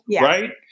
right